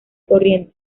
corriente